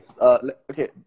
okay